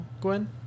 Gwen